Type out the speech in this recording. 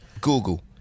Google